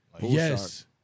Yes